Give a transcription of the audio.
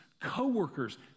coworkers